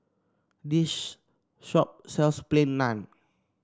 this shop sells Plain Naan